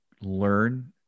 learn